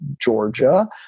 Georgia